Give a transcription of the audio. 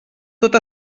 tot